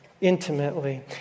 intimately